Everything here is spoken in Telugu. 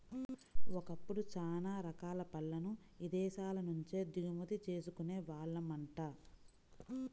ఒకప్పుడు చానా రకాల పళ్ళను ఇదేశాల నుంచే దిగుమతి చేసుకునే వాళ్ళమంట